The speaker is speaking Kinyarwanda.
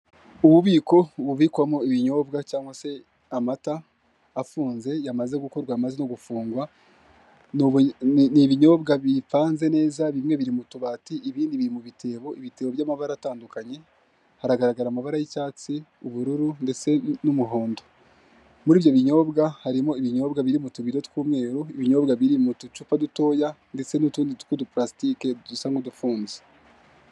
Ububiko bubikwamo ibinyobwa cyangwa se amata afunze yamazwe gukorwa, yamaze no gufungwa, ni ibinyobwa bipanze neza, bimwe biri mu tubati, ibindi biri mu bitebo, ibitebo by'amabara atandukanye. haragaragara amabara y'icyatsi, ubururu n'umuhondo. Muri ibyo binyobwa harimo ibinyobwa biri mu tubido tw'umweru, ibinyobwa biri mu ducupa dutoya ndetse n'utundi tw'uduparasitike dusa n'udufunze.